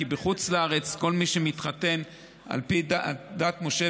כי בחוץ לארץ כל מי שמתחתן על פי דת משה